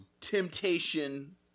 temptation